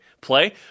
play